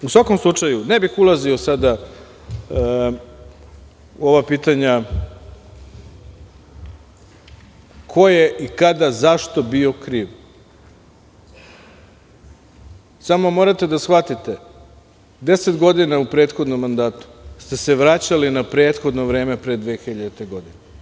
U svakom slučaju, ne bih ulazio sada u ova pitanja ko je i kada zašto bio krivi, samo morate da shvatite da deset godina u prethodnom mandatu ste se vraćali na prethodno vreme, pre 2000. godine.